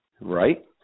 Right